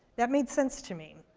that made sense to me.